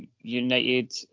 united